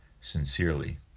sincerely